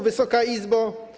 Wysoka Izbo!